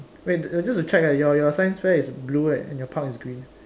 wait uh just to check right your your science fair is blue right and your park is green